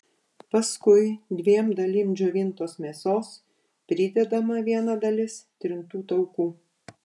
paskui dviem dalim džiovintos mėsos pridedama viena dalis trintų taukų